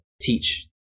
teach